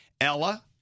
Ella